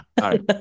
right